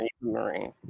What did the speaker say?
Marine